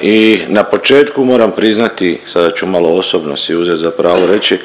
i na početku moram priznati, sada ću malo osobno si uzet za pravo reći